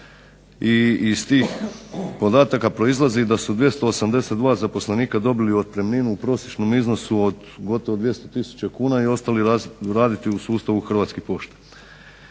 i iz tih podataka proizlazi da su 282 zaposlenika dobili otpremninu u prosječnom iznosu od gotovo 200 tisuća kuna i ostali raditi u sustavu Hrvatske pošte.